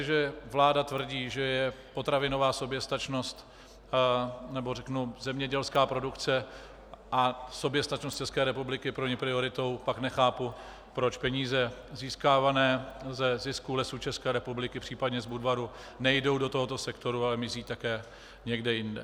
A jestliže vláda tvrdí, že je potravinová soběstačnost, nebo řeknu zemědělská produkce a soběstačnost České republiky pro ně prioritou, pak nechápu, proč peníze získávané ze zisku Lesů ČR, případně z Budvaru, nejdou do tohoto sektoru, ale mizí také někde jinde.